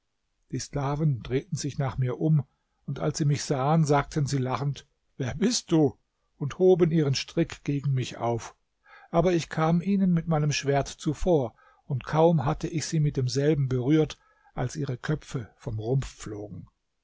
die sklaven drehten sich nach mir um und als sie mich sahen sagten sie lachend wer bist du und hoben ihren strick gegen mich auf aber ich kam ihnen mit meinem schwert zuvor und kaum hatte ich sie mit demselben berührt als ihre köpfe vom rumpf flogen